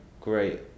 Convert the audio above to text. great